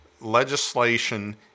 legislation